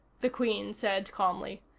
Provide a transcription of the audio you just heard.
the queen said calmly.